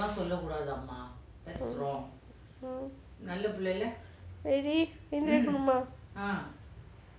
um எழுந்திரிச்சு மா:ezhunthiruchu mah